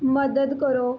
ਮਦਦ ਕਰੋ